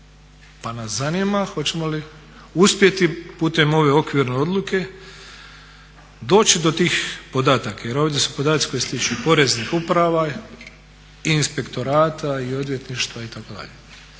Pa nas zanima hoćemo li uspjeti putem ove okvirne odluke doći do tih podataka jer ovdje su podaci koji se tiču poreznih uprava i inspektorata i odvjetništva itd.